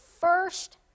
first